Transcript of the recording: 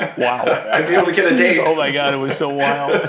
and yeah i'd be able to get a date. oh my god, it was so wild.